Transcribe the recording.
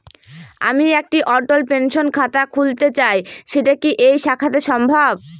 আমি একটি অটল পেনশন খাতা খুলতে চাই সেটা কি এই শাখাতে সম্ভব?